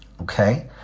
Okay